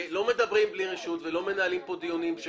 לא מדברים בלי רשות ולא מנהלים כאן דיונים.